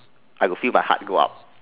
I will feel my heart go up